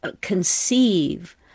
conceive